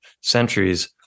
centuries